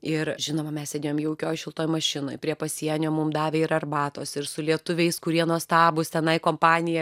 ir žinoma mes sėdėjom jaukioj šiltoj mašinoj prie pasienio mum davė ir arbatos ir su lietuviais kurie nuostabūs tenai kompanija